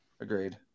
Agreed